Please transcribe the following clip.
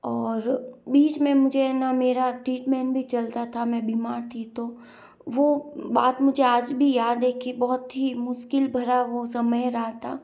और बीच में मुझे ना मेरा ट्रीटमेंट भी चलता था मैं बीमार थी तो वो बात मुझे आज भी याद है कि बहुत ही मुश्किल भरा समय रहा था